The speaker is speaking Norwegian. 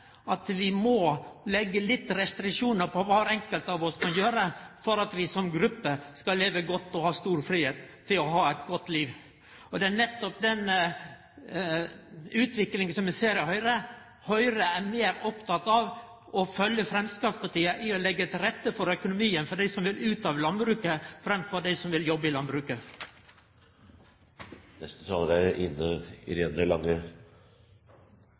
at ein må leggje litt restriksjonar på kva kvar einskild kan gjere for at ein som gruppe skal leve godt og ha fridom til eit godt liv. Det er nettopp den utviklinga vi ser i Høgre. Høgre er meir oppteke av å følgje Framstegspartiet i å leggje til rette økonomien for dei som vil ut av landbruket, framfor for dei som vil jobbe i landbruket. Senterpartiet er opptatt av å ta i